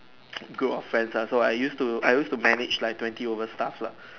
group of friends also I used to I used to manage like twenty over staff lah